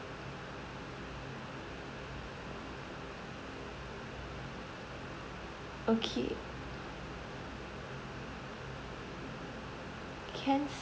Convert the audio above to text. okay can